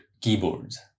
keyboards